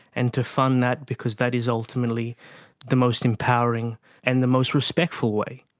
and to fund that, because that is ultimately the most empowering and the most respectful way.